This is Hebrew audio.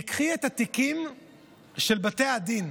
תיקחי את התיקים של בתי הדין